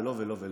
ולא ולא ולא.